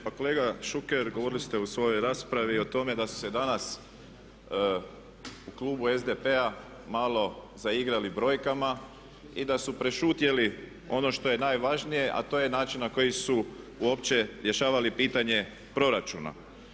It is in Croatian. Pa kolega Šuker, govorili ste u svojoj raspravi o tome da se danas u klubu SDP-a malo zaigrali brojkama i da su prešutjeli ono što je najvažnije, a to je način na koji su uopće rješavali pitanje proračuna.